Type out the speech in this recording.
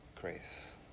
Grace